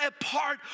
apart